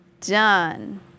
Done